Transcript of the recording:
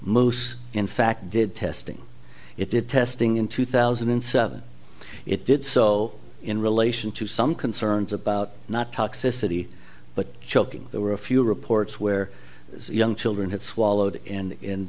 most in fact did testing it did testing in two thousand and seven it did so in relation to some concerns about not toxicity but choking there were a few reports where young children had swallowed